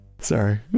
Sorry